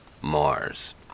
Mars